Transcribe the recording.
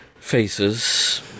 faces